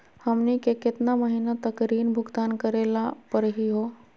हमनी के केतना महीनों तक ऋण भुगतान करेला परही हो?